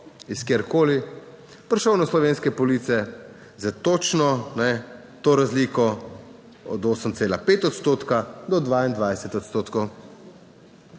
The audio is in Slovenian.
iz kjerkoli, prišel na slovenske police za točno to razliko, od 8,5 odstotka do 22 odstotkov.